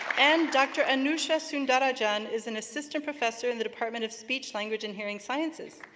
and dr. anusha sundarrajan is an assistant professor in the department of speech, language, and hearing sciences.